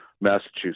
Massachusetts